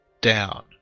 down